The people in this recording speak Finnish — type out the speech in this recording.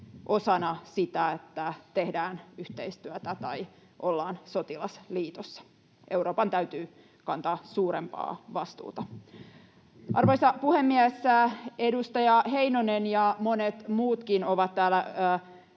osana sitä, että tehdään yhteistyötä tai ollaan sotilasliitossa. Euroopan täytyy kantaa suurempaa vastuuta. Arvoisa puhemies! Edustaja Heinonen ja monet muutkin ovat täällä